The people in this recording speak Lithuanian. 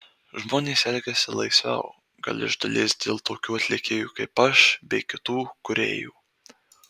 žmonės elgiasi laisviau gal iš dalies dėl tokių atlikėjų kaip aš bei kitų kūrėjų